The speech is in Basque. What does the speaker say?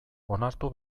onartu